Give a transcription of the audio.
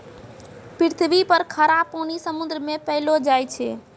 पृथ्वी पर खारा पानी समुन्द्र मे पैलो जाय छै